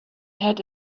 had